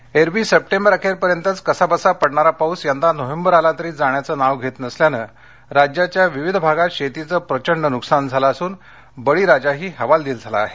पाऊस एरवी सप्टेंबर अखेरपर्यंतच कसाबसा पडणारा पाऊस यंदा नोव्हेंबर आला तरी जाण्याचं नाव घेत नसल्यानं राज्याच्या विविध भागात शेतीचं प्रचंड नुकसान झालं असून बळीराजाही हवालदिल झाला आहे